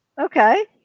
Okay